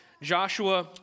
Joshua